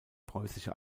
preußische